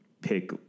pick